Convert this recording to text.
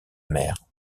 mère